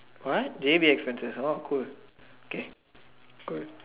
what they did this what cold K good